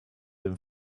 dem